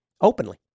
openly